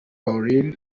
paulin